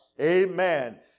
Amen